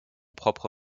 propre